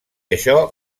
això